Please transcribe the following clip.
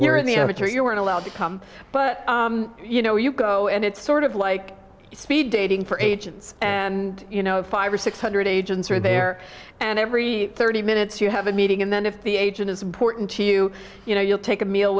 here in the picture you weren't allowed to come but you know you go and it's sort of like speed dating for agents and you know five or six hundred agents are there and every thirty minutes you have a meeting and then if the agent is important to you you know you'll take a meal